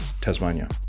Tasmania